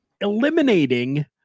eliminating